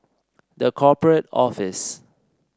The Corporate Office